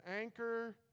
anchor